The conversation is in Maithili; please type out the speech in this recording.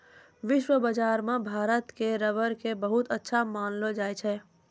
विश्व बाजार मॅ भारत के रबर कॅ बहुत अच्छा मानलो जाय छै